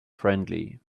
friendly